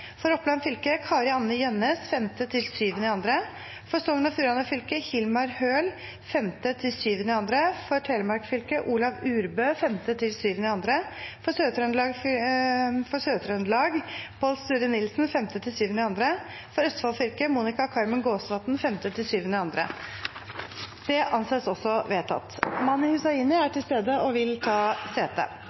For Nordland fylke: Marius Meisfjord Jøsevold 5.–8. februar For Oppland fylke: Kari-Anne Jønnes 5.–7. februar For Sogn og Fjordane fylke: Hilmar Høl 5.–7. februar For Telemark fylke: Olav Urbø 5.–7. februar For Sør-Trøndelag: Pål Sture Nilsen 5.–7. februar For Østfold fylke: Monica Carmen Gåsvatn 5.–7. februar Mani Hussaini er til stede og vil ta sete.